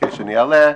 ביקש שאני אעלה,